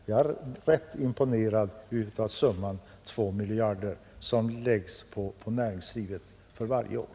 Jag är rätt imponerad av summan 2 miljarder som läggs på näringslivet för varje år.